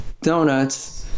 donuts